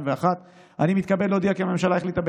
אני מתכבד להודיע כי הממשלה החליטה,